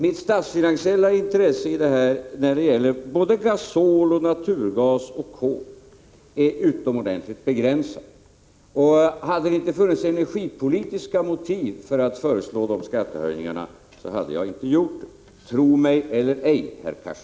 Mitt statsfinansiella intresse när det gäller skatten på gasol, naturgas och kol är utomordentligt begränsat. Hade det inte funnits energipolitiska motiv för att föreslå dessa skattehöjningar så hade jag inte gjort det, tro mig eller ej, herr Cars.